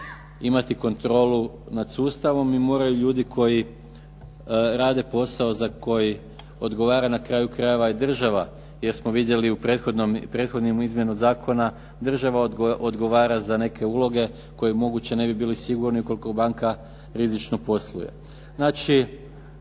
imati kontrolu nad sustavom i moraju ljudi koji rade posao za koji odgovara na kraju krajeva i država, jer smo vidjeli u prethodnoj izmjeni Zakona država odgovara za neke uloge koji moguće ne bi bili sigurni ukoliko banka rizično posluje. Znači,